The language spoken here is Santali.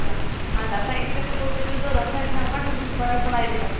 ᱟᱪᱪᱷᱟ ᱢᱟᱱᱮ ᱫᱟᱥᱟᱸᱭ ᱤᱫᱤᱠᱟᱛᱮ ᱵᱚᱞᱛᱮ ᱜᱮᱞᱮ ᱫᱚ ᱫᱟᱥᱟᱸᱭ ᱨᱮᱭᱟᱜ ᱚᱠᱟᱴᱟᱜ ᱡᱤᱱᱤᱥ ᱵᱟᱰᱟᱭ ᱥᱟᱱᱟᱭᱮᱫ ᱵᱤᱱᱟ